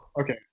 Okay